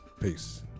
Peace